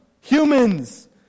humans